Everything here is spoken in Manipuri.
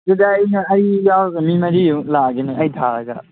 ꯑꯗꯨꯗꯤ ꯑꯩꯅ ꯑꯩ ꯌꯥꯎꯔꯒ ꯃꯤ ꯃꯔꯤ ꯂꯥꯛꯂꯒꯦꯅꯦ ꯑꯩ ꯊꯥꯔꯒ